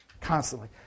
Constantly